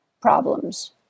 problems